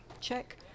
check